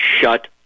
shut